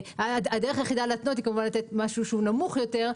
הדרך היחידה להתנות היא כמובן לתת משהו שהוא נמוך יותר,